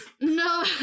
No